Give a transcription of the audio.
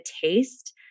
taste